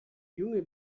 junge